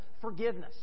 forgiveness